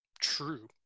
True